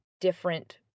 different